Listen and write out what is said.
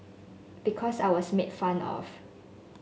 because I was made fun of